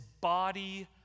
body